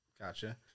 Gotcha